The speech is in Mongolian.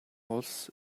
улс